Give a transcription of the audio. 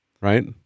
right